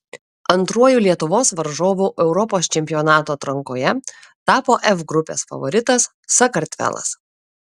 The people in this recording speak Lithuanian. antruoju lietuvos varžovu europos čempionato atrankoje tapo f grupės favoritas sakartvelas